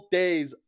days